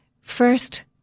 first